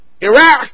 Iraq